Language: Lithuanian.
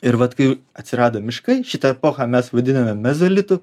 ir vat kai jau atsirado miškai šitą epochą mes vadiname mezolitu